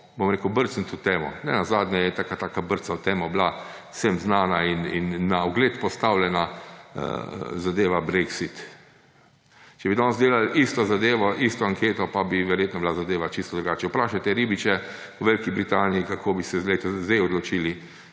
bom rekel, brcniti v temo. Nenazadnje je ena taka brca v temo bila vsem znana in na ogled postavljena zadeva brexit. Če bi danes delali isto zadevo, isto anketo, pa bi verjetno bila zadeva čisto drugačna. Vprašajte ribiče v Veliki Britaniji, kako bi se zdaj odločili